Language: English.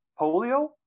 polio